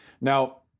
Now